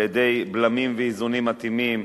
על-ידי בלמים ואיזונים מתאימים,